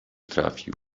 trafił